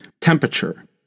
temperature